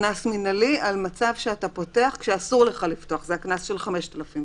קנס מינהלי על מצב שאתה פותח כשאסור לך לפתוח, קנס של 5,000,